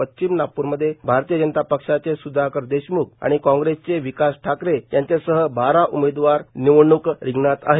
पश्चिम नागपूर मध्ये भारतीय जनता पक्षाचे सुधाकर देशमुख आणि काँग्रेसचे विकास ठाकरे यांच्यासह बारा उमेदवार निवडणूक रिंगणात आहेत